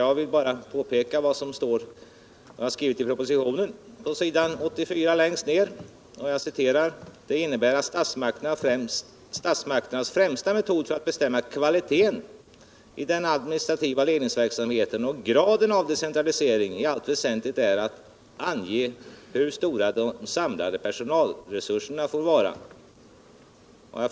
Jag vill bara påpeka vad jag skrivit i propositionen på s. 84, längst ned: ”Detta innebär att statsmakternas främsta metod för att bestämma kvaliteten i den administrativa ledningsverksamheten och graden av decentralisering i allt väsentligt är att ange hur stora de samlade personalresurserna får vara.